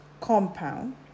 compound